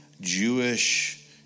Jewish